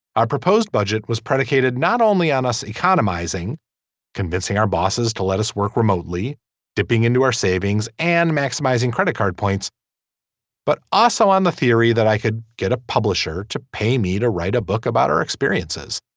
our proposed budget was predicated not only on us economizing convincing our bosses to let us work remotely dipping into our savings and maximizing credit card points but also on the theory that i could get a publisher to pay me to write a book about our experiences.